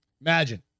Imagine